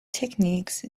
techniques